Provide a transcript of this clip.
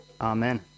Amen